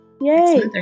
Yay